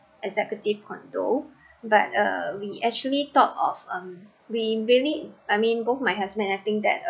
executive condo but uh we actually thought of um we really I mean both my husband have think that